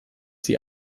sie